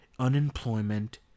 Unemployment